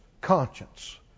conscience